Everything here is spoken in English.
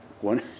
One